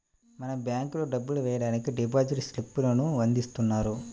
మనం బ్యేంకుల్లో డబ్బులు వెయ్యడానికి డిపాజిట్ స్లిప్ లను అందిస్తున్నారు